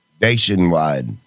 Nationwide